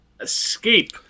Escape